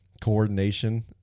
coordination